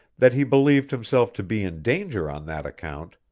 that he believed himself to be in danger on that account,